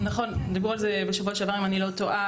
נכון, דיברו על זה בשבוע שעבר אם אני לא טועה.